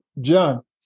John